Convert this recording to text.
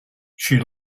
she